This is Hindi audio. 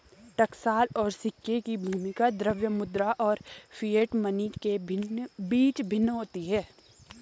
टकसाल और सिक्के की भूमिका द्रव्य मुद्रा और फिएट मनी के बीच भिन्न होती है